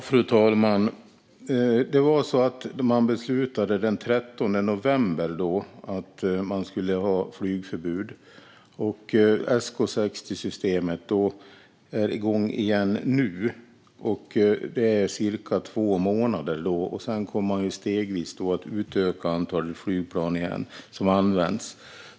Fru talman! Den 13 november beslutade man om flygförbud, och SK 60-systemet är igång igen nu. Sedan kommer man stegvis att utöka antalet flygplan som används.